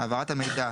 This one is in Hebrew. העברת המידע,